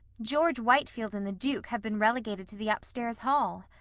george whitefield and the duke have been relegated to the upstairs hall.